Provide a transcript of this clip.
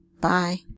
Bye